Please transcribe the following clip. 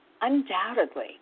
undoubtedly